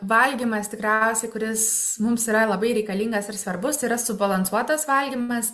valgymas tikriausiai kuris mums yra labai reikalingas ir svarbus tai yra subalansuotas valgymas